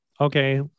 Okay